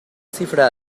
cifra